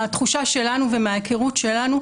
התחושה שלנו ומההיכרות שלנו,